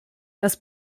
das